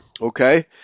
okay